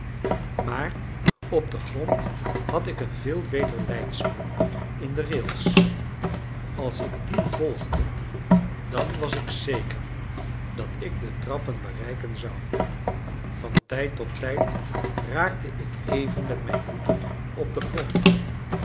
maar op den grond had ik een veel beter leidsman in de rails als ik die volgde dan was ik zeker dat ik de trappen bereiken zou van tijd tot tijd raakte ik even met mijn voeten op den grond